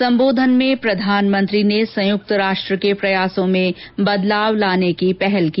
सम्बोधन में प्रधानमंत्री ने संयुक्त राष्ट्र के प्रयासों में बदलाव लाने की पहल की